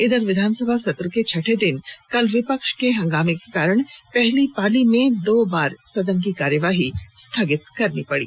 इधर विधानसभा सत्र के छठे दिन कल विपक्ष के हंगामे के कारण पहली पाली में दो बार सदन की कार्यवाही स्थगित करनी पड़ी